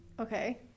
Okay